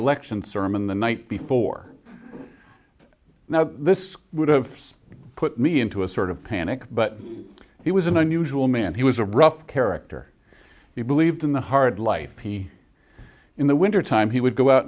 election sermon the night before now this would have put me into a sort of panic but it was an unusual man he was a rough character he believed in the hard life he in the wintertime he would go out